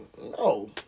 No